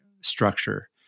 structure